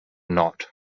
not